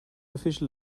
official